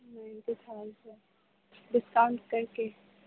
نہیں ڈسکاؤنٹ کر ڈسکاؤنت کر کے